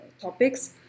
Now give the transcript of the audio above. topics